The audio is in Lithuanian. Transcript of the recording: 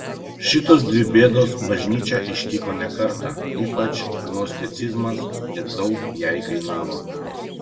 šitos dvi bėdos bažnyčią ištiko ne kartą ypač gnosticizmas ir daug jai kainavo